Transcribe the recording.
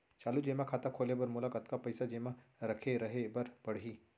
चालू जेमा खाता खोले बर मोला कतना पइसा जेमा रखे रहे बर पड़ही?